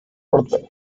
broadway